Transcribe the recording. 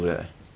mm